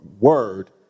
word